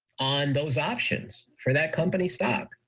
on those options for that company's stock.